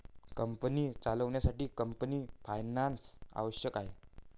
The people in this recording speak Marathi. कंपनी चालवण्यासाठी कंपनी फायनान्स आवश्यक आहे